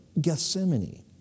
Gethsemane